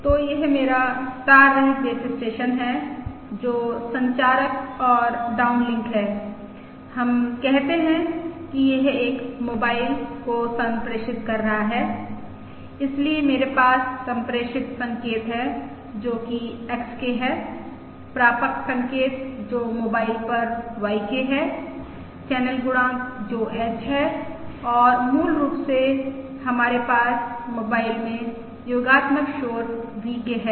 तो यह मेरा तार रहित बेस स्टेशन है जो संचारक और डाउनलिंक है हम कहते हैं कि यह एक मोबाइल को सम्प्रेषित कर रहा है और इसलिए मेरे पास सम्प्रेषित संकेत है जो कि XK है प्रापक संकेत जो मोबाइल पर YK है चैनल गुणांक जो H है और मूल रूप से हमारे पास मोबाइल में योगात्मक शोर VK है